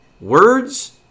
Words